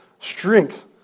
strength